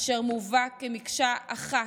אשר מובא כמקשה אחת,